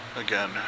Again